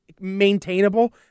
maintainable